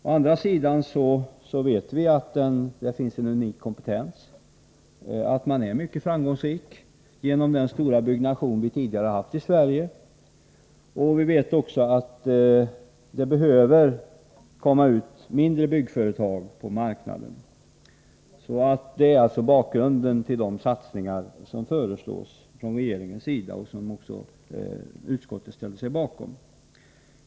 Å andra sidan vet vi att det i den branschen finns en unik kompetens, att branschen är mycket framgångsrik genom det stora byggande vi tidigare haft i Sverige, och vi vet också att mindre byggföretag behöver komma ut på marknaden. Detta är alltså bakgrunden till de satsningar som regeringen föreslår och som också utskottet ställer sig bakom.